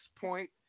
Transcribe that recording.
point